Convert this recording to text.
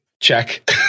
Check